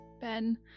Ben